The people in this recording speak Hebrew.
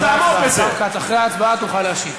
השר כץ, אחרי ההצבעה תוכל להשיב.